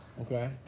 Okay